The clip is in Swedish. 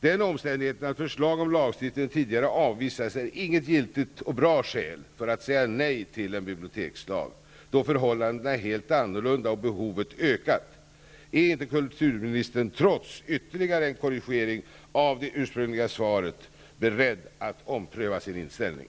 Den omständigheten att förslag om lagstiftning tidigare avvisats är inget giltigt och bra skäl för att nu säga nej till en bibliotekslag, då förhållandena är helt annorlunda och behovet ökat. Är inte kulturministern, trots ytterligare en korrigering av det ursprungliga svaret, beredd att ompröva sin inställning?